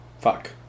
fuck